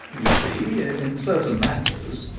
you see in certain matters,